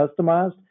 customized